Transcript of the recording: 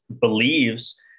believes